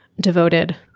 devoted